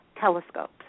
telescopes